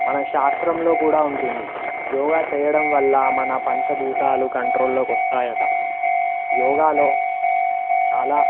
మన శాస్త్రంలో కూడా ఉంటుంది యోగా చేయడం వల్ల మన పంచభూతాలు కంట్రోల్లోకి వస్తాయి అట యోగాలో చాలా